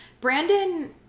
Brandon